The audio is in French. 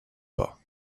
pas